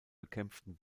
bekämpften